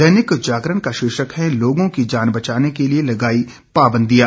दैनिक जागरण का शीर्षक है लोगों की जान बचाने के लिए लगाई पाबंदियां